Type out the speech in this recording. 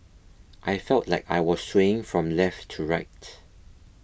I felt like I was swaying from left to right